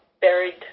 buried